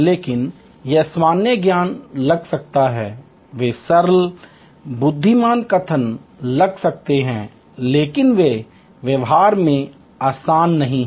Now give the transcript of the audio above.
लेकिन ये सामान्य ज्ञान लग सकता है वे सरल बुद्धिमान कथन लग सकते हैं लेकिन वे व्यवहार में आसान नहीं हैं